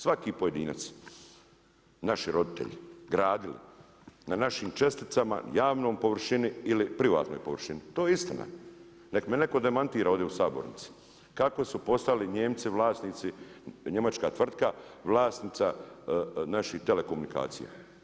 Svaki pojedinac, naši roditelji, gradili, na našim česticama, javnoj površini ili privatnoj površini, to je istina, nek me netko demantira ovdje u sabornici, kako su postali Nijemci vlasnici, njemačka tvrtka vlasnica naših telekomunikacija.